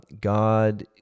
God